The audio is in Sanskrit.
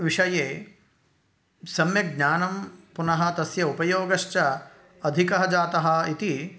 विषये सम्यक् ज्ञानं पुनः तस्य उपयोगश्च अधिकः जातः इति